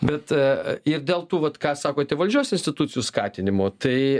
bet a ir dėl tų vat ką sakote valdžios institucijų skatinimo tai